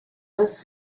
was